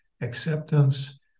acceptance